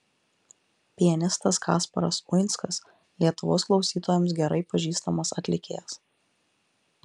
pianistas kasparas uinskas lietuvos klausytojams gerai pažįstamas atlikėjas